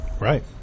Right